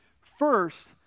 First